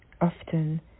Often